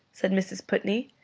said mrs. putney.